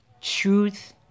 truth